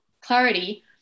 clarity